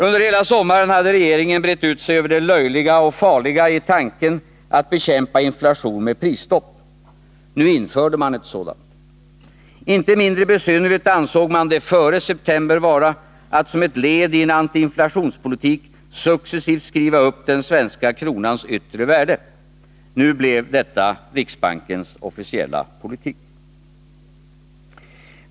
Under hela sommaren hade regeringen brett ut sig över det löjliga och farliga i tanken att bekämpa inflation med prisstopp — nu införde man ett sådant. Inte mindre besynnerligt ansåg man det före september vara, att som ett led i en antiinflationspolitik successivt skriva upp den svenska kronans yttre värde — nu blev detta riksbankens officiella politik.